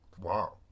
Wow